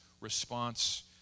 response